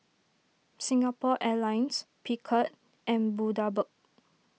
Singapore Airlines Picard and Bundaberg